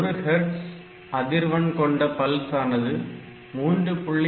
ஒரு ஹேட்ஸ் அதிர்வெண் கொண்ட பல்சானது 3